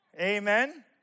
Amen